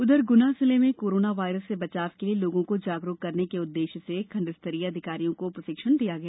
उधर गुना जिले में कोरोना वायरस से बचाव के लिए लोगों को जागरुक करने के उद्देश्य से खण्डस्तरीय अधिकारियों को प्रशिक्षण दिया गया